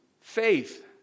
faith